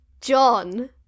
John